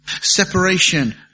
Separation